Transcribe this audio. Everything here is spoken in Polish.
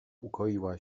ukoiła